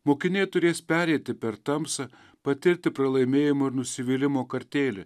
mokiniai turės pereiti per tamsą patirti pralaimėjimo ir nusivylimo kartėlį